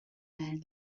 man